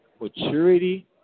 maturity